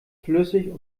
flüssig